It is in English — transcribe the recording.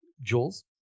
Jules